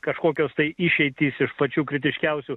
kažkokios tai išeitys iš pačių kritiškiausių